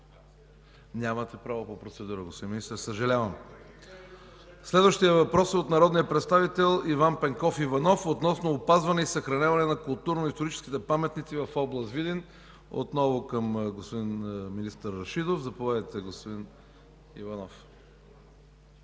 Нямате право по процедура, господин Министър, съжалявам. Следващият въпрос е от народния представител Иван Пенков Иванов относно опазване и съхраняване на културно-историческите паметници в област Видин. Заповядайте, господин Иванов.